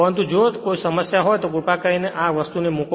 પરંતુ જો તેમાં કોઈ સમસ્યા હોય તો કૃપા કરીને આ પ્રકારની કોઈ વસ્તુ મૂકો